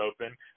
open